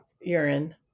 urine